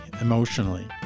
emotionally